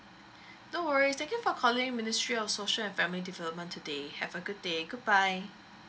no worries thank you for calling ministry of social and family development today have a good day goodbye